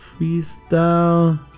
Freestyle